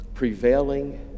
prevailing